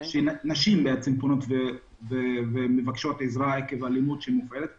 נשים פונות ומבקשות עזרה עקב אלימות שמופעלת כלפיהם.